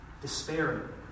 Despairing